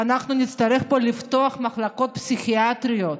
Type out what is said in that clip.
ושאנחנו נצטרך פה לפתוח מחלקות פסיכיאטריות.